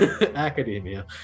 Academia